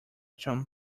john